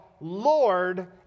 Lord